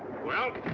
well,